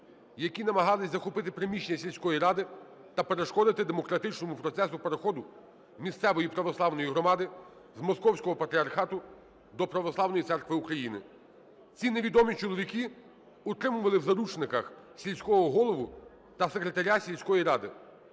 які намагались захопити приміщення сільської ради та перешкодити демократичному процесу переходу місцевої православної громади з Московського патріархату до Православної Церкви України. Ці невідомі чоловіки утримували в заручниках сільського голову та секретаря сільської ради.